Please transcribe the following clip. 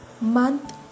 month